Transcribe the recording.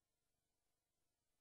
כביסה, עזרה להאכיל את